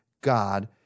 God